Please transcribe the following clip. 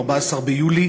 14 ביולי